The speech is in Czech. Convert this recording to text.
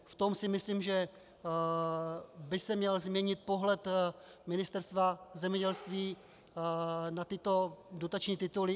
V tom si myslím, že by se měl změnit pohled Ministerstva zemědělství na tyto dotační tituly.